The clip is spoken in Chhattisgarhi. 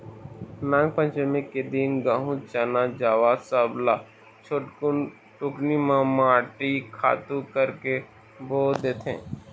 नागपंचमी के दिन गहूँ, चना, जवां सब ल छोटकुन टुकनी म माटी खातू करके बो देथे